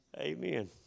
Amen